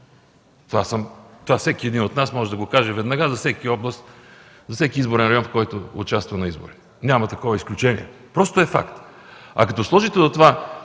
Това всеки един от нас може да го каже веднага за всяка област, за всеки изборен район, в който участва при избори. Няма такова изключение! Просто е факт. А като сложите до това